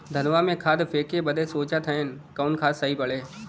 धनवा में खाद फेंके बदे सोचत हैन कवन खाद सही पड़े?